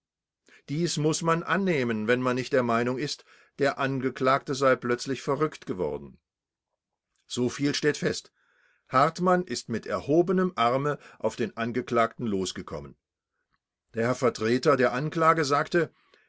dies muß man annehmen wenn man nicht der meinung ist der angeklagte sei plötzlich verrückt geworden soviel steht fest hartmann ist mit erhobenem arme auf den angeklagten losgekommen der herr vertreter der anklage sagte